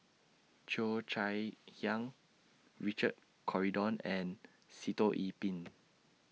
Cheo Chai Hiang Richard Corridon and Sitoh Yih Pin